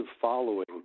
following